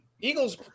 Eagles